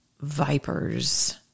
vipers